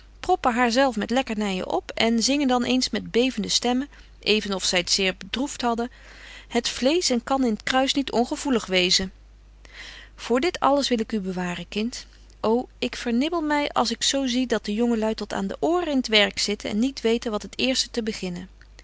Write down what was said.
proppen haar zelf met lekkernyen op en zingen dan eens met bevende stemmen even of zy t zeer bedroeft hadden het vleesch en kan in t kruis niet ongevoelig wezen voor dit alles wil ik u bewaren kind ô ik vernibbel my als ik zo zie dat de jonge lui tot aan de ooren in t werk zitten en niet weten wat het eerste te beginnen